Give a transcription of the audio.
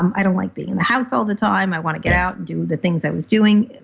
um i don't like being in the house all the time. i want to get out and do the things i was doing.